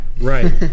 Right